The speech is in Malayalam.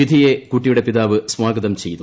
വിധിയെ കുട്ടിയുടെ പിതാവ് സ്വാഗതം ചെയ്യുന്നു